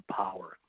power